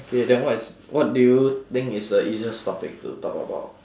K then what is what do you think is the easiest topic to talk about